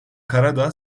karadağ